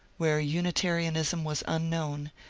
where unitarianism was unknown,